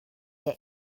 der